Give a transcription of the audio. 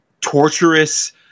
torturous